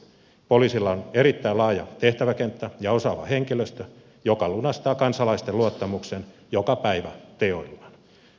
poliisilla on erittäin laaja tehtäväkenttä ja osaava henkilöstö joka lunastaa kansalaisten luottamuksen joka päivä teoillaan